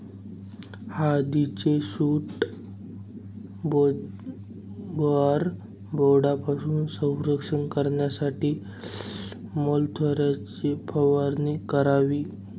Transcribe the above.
हळदीचे shoot borer बोर्डपासून संरक्षण करण्यासाठी मॅलाथोईनची फवारणी करावी